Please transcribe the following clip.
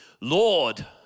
Lord